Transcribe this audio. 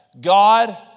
God